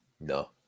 No